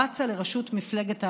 רצה לראשות מפלגת העבודה.